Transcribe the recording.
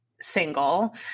single